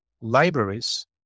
libraries